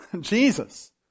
Jesus